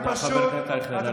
חבר הכנסת אייכלר, נא לסיים.